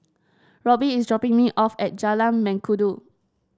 Roby is dropping me off at Jalan Mengkudu